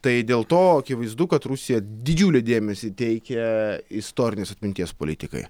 tai dėl to akivaizdu kad rusija didžiulį dėmesį teikia istorinės atminties politikai